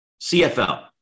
CFL